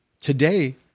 today